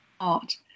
art